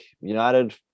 united